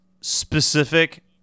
specific